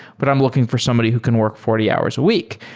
but i'm looking for somebody who can work forty hours a week.